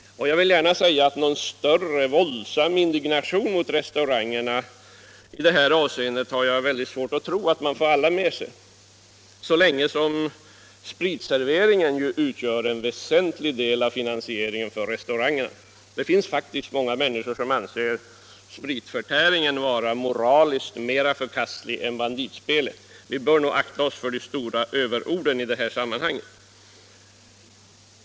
Någon större indignation över restau 26 november 1975 rangernas verksamhet i detta avseende har jag svårt att tro att man får alla med sig på, så länge spritserveringen står för en väsentlig del av Spelautomater finansieringen av restaurangernas verksamhet. Det finns många människor som anser spritförtäring moraliskt mer förkastligt än banditspel. Vi bör akta oss för överord i detta sammanhang.